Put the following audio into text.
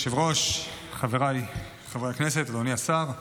אדוני היושב-ראש, חבריי חברי הכנסת, אדוני השר,